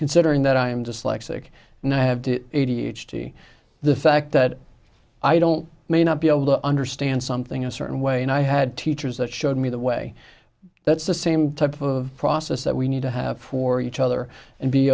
considering that i am dyslexic and i have to a d h to the fact that i don't may not be able to understand something a certain way and i had teachers that showed me the way that's the same type of process that we need to have for each other and be